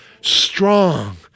strong